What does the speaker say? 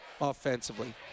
offensively